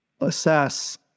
assess